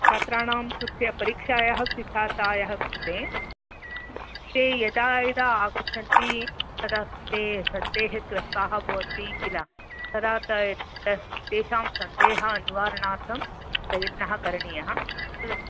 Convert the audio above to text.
छात्राणां कृते परीक्षायाः सिद्ध्यर्थाय कृते ते यदा यदा आगच्छन्ति तदा ते सन्देहग्रस्ताः भवन्ति खिल तदा तेषां सन्देहनिवारणार्थं प्रयत्नः करणीयः